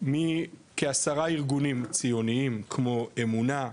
כ-10 ארגונים ציוניים, כמו 'אמונה',